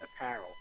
apparel